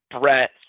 Brett